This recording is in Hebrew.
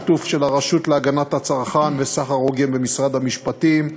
בשיתוף הרשות להגנת הצרכן וסחר הוגן במשרד המשפטים,